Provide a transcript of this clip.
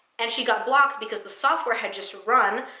and she got blocked because the software had just run,